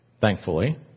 Thankfully